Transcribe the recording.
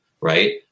right